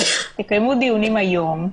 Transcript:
תקיימו דיונים היום,